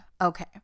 okay